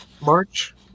March